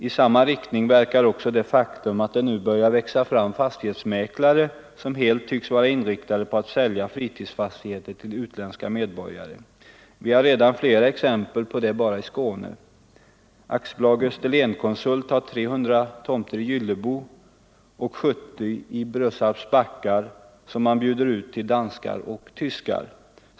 I samma riktning verkar den omständigheten att det nu börjar växa fram fastighetsmäklare som helt tycks vara inriktade på att sälja fritidsfastigheter till utländska medborgare. Vi har redan flera exempel på det bara i Skåne. AB Österlen-konsult har 300 tomter i Gyllebo och 70 i Brösarps backar, som man bjuder ut till danskar och tyskar.